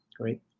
Great